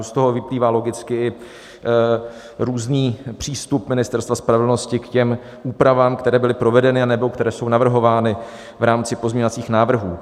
Z toho vyplývá logicky různý přístup Ministerstva spravedlnosti k úpravám, které byly provedeny nebo které jsou navrhovány v rámci pozměňovacích návrhů.